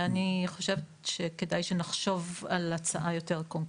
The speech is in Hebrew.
אני חושבת שכדאי שנחשוב על הצעה יותר קונקרטית.